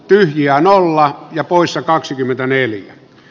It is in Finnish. linja nolla ja puissa kaksikymmentäneljä